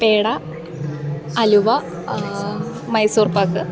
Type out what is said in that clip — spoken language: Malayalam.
പേട അലുവ മൈസൂർ പാക്ക്